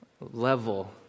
level